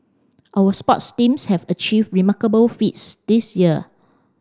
our sports teams have achieved remarkable feats this year